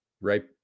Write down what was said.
right